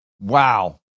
Wow